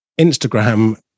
Instagram